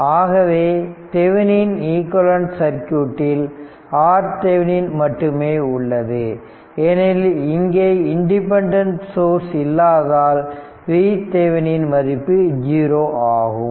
எனவே தெவனின் ஈக்விவலெண்ட் சர்க்யூட்டில் RThevenin மட்டுமே உள்ளது ஏனெனில் இங்கே இண்டிபெண்டன்ட் சோர்ஸ் இல்லாததால் VThevenin மதிப்பு ஜீரோ ஆகும்